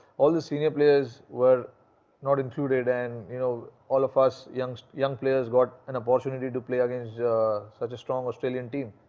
all the senior players were not included and, you know. all of us young young players got. an opportunity to play against such a strong australian team.